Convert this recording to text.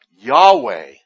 Yahweh